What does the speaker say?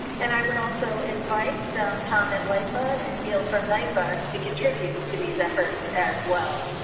and i would also invite so um tom at like but and gil from nice but to contribute to these efforts as well.